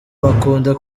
bakunda